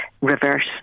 reverse